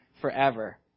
forever